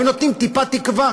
היו נותנים טיפה תקווה.